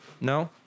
No